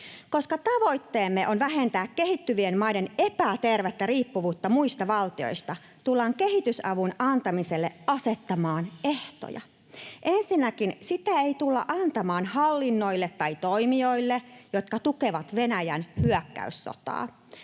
Koska tavoitteemme on vähentää kehittyvien maiden epätervettä riippuvuutta muista valtioista, tullaan kehitysavun antamiselle asettamaan ehtoja. Ensinnäkään sitä ei tulla antamaan hallinnoille tai toimijoille, jotka tukevat Venäjän hyökkäyssotaa.